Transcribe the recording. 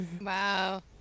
Wow